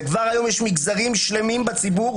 וכבר היום יש מגזרים שלמים בציבור,